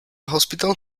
hospital